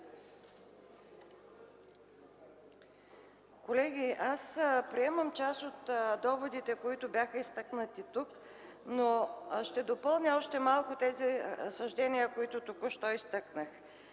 Колеги, приемам част от доводите, които бяха изтъкнати тук. Ще допълня обаче още малко съжденията, които току-що изтъкнах.